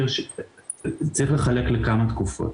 צריך לחלק לכמה תקופות.